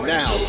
now